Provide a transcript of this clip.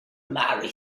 marry